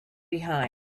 behind